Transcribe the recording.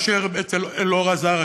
מאשר אצל אלאור אזריה,